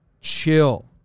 Chill